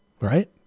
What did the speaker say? right